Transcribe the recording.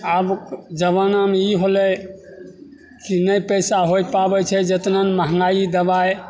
आबके जमानामे ई होलै कि नहि पइसा होइ पाबै छै जतना महगाइ दवाइ